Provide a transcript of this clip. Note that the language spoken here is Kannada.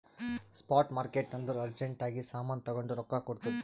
ಸ್ಪಾಟ್ ಮಾರ್ಕೆಟ್ ಅಂದುರ್ ಅರ್ಜೆಂಟ್ ಆಗಿ ಸಾಮಾನ್ ತಗೊಂಡು ರೊಕ್ಕಾ ಕೊಡ್ತುದ್